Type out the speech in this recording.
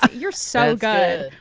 ah you're so good.